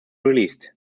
released